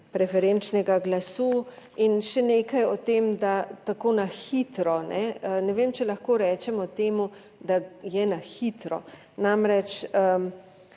preferenčnega glasu. In še nekaj o tem, da tako na hitro, ne vem, če lahko rečemo temu, da je na hitro. Namreč,